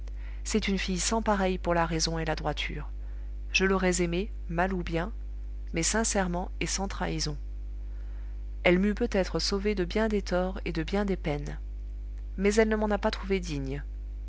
c'est une fille sans pareille pour la raison et la droiture je l'aurais aimée mal ou bien mais sincèrement et sans trahison elle m'eût peut-être sauvé de bien des torts et de bien des peines mais elle ne m'en a pas trouvé digne